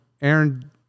Aaron